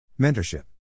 Mentorship